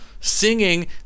singing